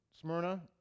Smyrna